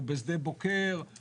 או בשדה בוקר,